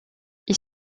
ils